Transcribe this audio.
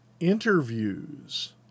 interviews